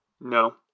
No